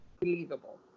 believable